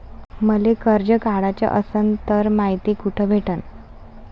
मले कर्ज काढाच असनं तर मायती कुठ भेटनं?